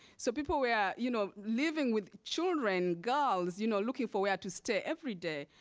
so people were yeah you know living with children, girls, you know looking for where to stay every day.